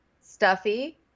Stuffy